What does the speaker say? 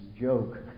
joke